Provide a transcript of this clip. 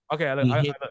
Okay